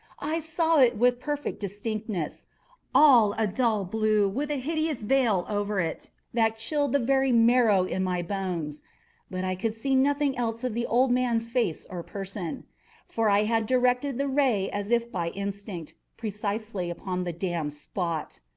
i saw it with perfect distinctness all a dull blue, with a hideous veil over it that chilled the very marrow in my bones but i could see nothing else of the old man's face or person for i had directed the ray as if by instinct, precisely upon the damned spot.